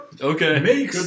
Okay